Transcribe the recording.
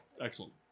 Excellent